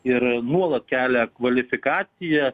ir nuolat kelia kvalifikaciją